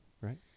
right